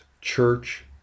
church